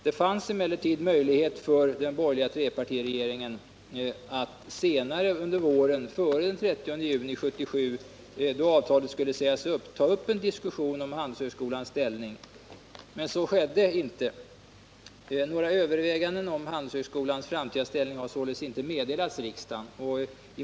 Det fanns emellertid en möjlighet för den borgerliga trepartiregeringen att senare under våren, före den 30 juni 1977, då avtalet skulle sägas upp, ta upp en diskussion om Handelshögskolans ställning. Men så skedde inte. Några överväganden om Handelshögskolans framtida ställning har således inte meddelats riksdagen.